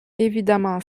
évidemment